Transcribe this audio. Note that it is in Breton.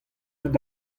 aet